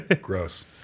Gross